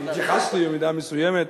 התייחסתי במידה מסוימת,